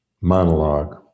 monologue